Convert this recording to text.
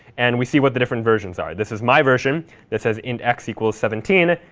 and we see what the different versions are. this is my version that says int x equals seventeen.